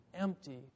empty